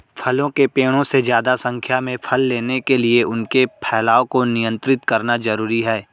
फलों के पेड़ों से ज्यादा संख्या में फल लेने के लिए उनके फैलाव को नयन्त्रित करना जरुरी है